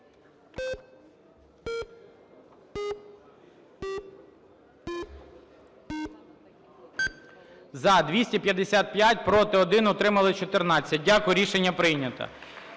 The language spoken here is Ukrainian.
За-255 Проти – 1, утримались – 14. Дякую, рішення прийнято.